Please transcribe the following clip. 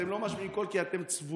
אתם לא משמיעים קול כי אתם צבועים,